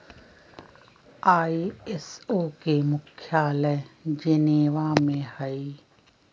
ISO के मुख्यालय Geneva में हइ